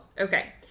Okay